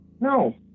no